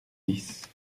dix